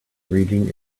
reading